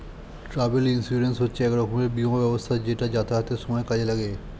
travel insurance হচ্ছে এক রকমের বীমা ব্যবস্থা যেটা যাতায়াতের সময় কাজে লাগে